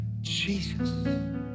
Jesus